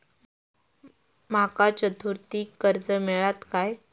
माका चतुर्थीक कर्ज मेळात काय?